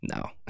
No